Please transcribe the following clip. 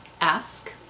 ask